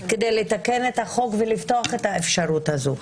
כדי לתקן את החוק ולפתוח את האפשרות הזאת.